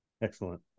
Excellent